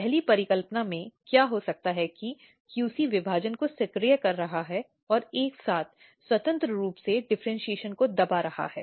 पहली परिकल्पना में क्या हो सकता है कि QC विभाजन को सक्रिय कर रहा है और एक साथ स्वतंत्र रूप से डिफ़र्इन्शीएशन को दबा रहा है